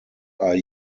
are